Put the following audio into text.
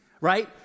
right